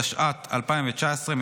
התשע"ט 2019,